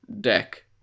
deck